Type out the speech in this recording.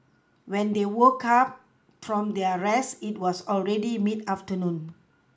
when they woke up from their rest it was already mid afternoon